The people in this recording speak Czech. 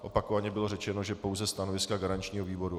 Opakovaně bylo řečeno, že pouze stanoviska garančního výboru.